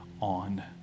on